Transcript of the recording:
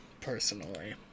personally